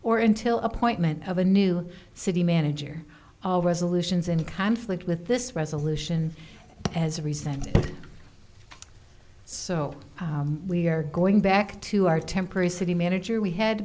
or until appointment of a new city manager all resolutions in conflict with this resolution as a reason so we are going back to our temporary city manager we had